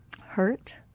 hurt